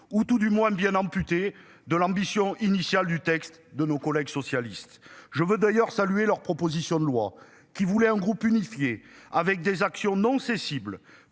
ou tout du moins bien amputé de l'ambition initiale du texte de nos collègues socialistes. Je veux d'ailleurs saluer leur proposition de loi qui voulait un groupe unifié avec des actions non cessibles